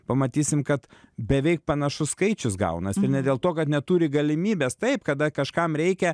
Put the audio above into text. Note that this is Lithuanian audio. pamatysim kad beveik panašus skaičius gaunas ne dėl to kad neturi galimybės taip kada kažkam reikia